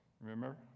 Remember